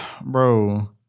bro